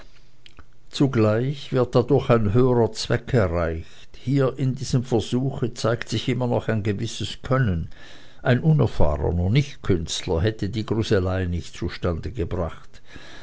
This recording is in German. zugleich wird dadurch ein höherer zweck erreicht hier in diesem versuche zeigt sich immer noch ein gewisses können ein unerfahrener nichtkünstler hätte die gruselei nicht zustande gebracht